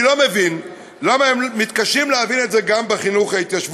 אני לא מבין למה הם מתקשים להבין את זה גם לגבי החינוך ההתיישבותי,